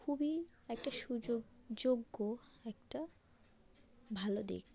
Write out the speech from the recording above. খুবই একটা সুযোগ যোগ্য একটা ভালো দিক